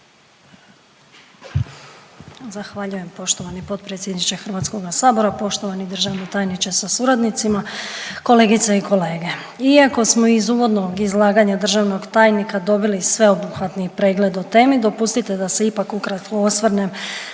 Zahvaljujem poštovani potpredsjedniče HS. Poštovani državni tajniče sa suradnicima, kolegice i kolege, iako smo iz uvodnog izlaganja državnog tajnika dobili sveobuhvatni pregled o temi dopustite da se ipak ukratko osvrnem